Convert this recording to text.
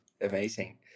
Amazing